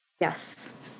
yes